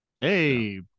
hey